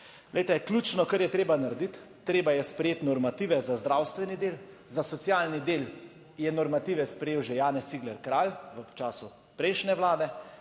ključno, kar je treba narediti, treba je sprejeti normative za zdravstveni del, za socialni del je normative sprejel že Janez Cigler Kralj v času prejšnje vlade,